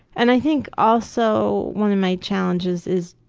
and i think also one of my challenges is